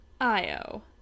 Io